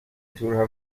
تورها